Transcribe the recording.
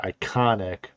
iconic